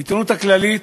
העיתונות הכללית,